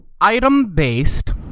item-based